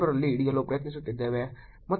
3 ರಲ್ಲಿ ಹಿಡಿಯಲು ಪ್ರಯತ್ನಿಸುತ್ತಿದ್ದೇವೆ